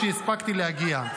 כשהספקתי להגיע.